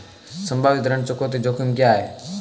संभावित ऋण चुकौती जोखिम क्या हैं?